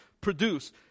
produce